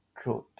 truth